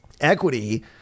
equity